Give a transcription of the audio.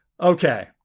Okay